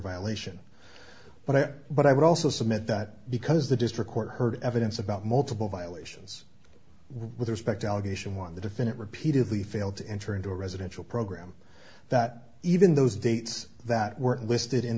violation but but i would also submit that because the district court heard evidence about multiple violations with respect allegation one the defendant repeatedly failed to enter into a residential program that even those dates that weren't listed in